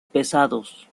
pesados